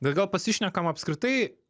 bet gal pasišnekam apskritai